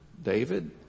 David